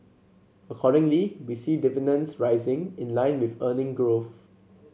accordingly we see dividends rising in line with earning growth